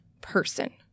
person